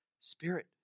Spirit